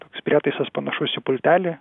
toks prietaisas panašus į pultelį